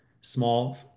small